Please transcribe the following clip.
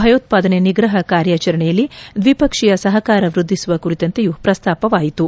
ಭಯೋತ್ಪಾದನೆ ನಿಗ್ರಹ ಕಾರ್ಯಾಚರಣೆಯಲ್ಲಿ ದ್ವಿಪಕ್ಷೀಯ ಸಹಕಾರ ವೃದ್ಧಿಸುವ ಕುರಿತಂತೆಯೂ ಪ್ರಸ್ತಾಪವಾಯಿತು